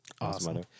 awesome